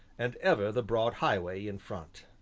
and ever the broad highway in front.